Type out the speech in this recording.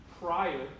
prior